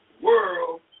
world